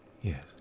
yes